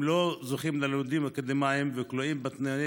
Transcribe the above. הם לא זוכים ללימודים אקדמיים וכלואים בתנאים